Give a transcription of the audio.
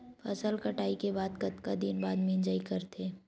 फसल कटाई के कतका दिन बाद मिजाई करथे?